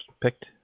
picked